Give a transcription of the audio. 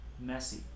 messy